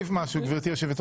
יש אישור.